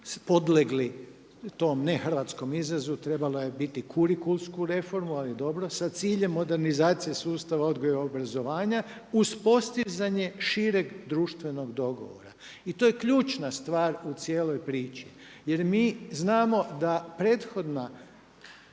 podlegli tom ne hrvatskom izrazu, trebalo je biti kurikulsku reformu ali dobro, sa ciljem modernizacije sustava odgoja i obrazovanja, uz postizanje šireg društvenog dogovora. I to je ključna stvar u cijeloj priči jer mi znamo da prethodna